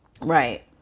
right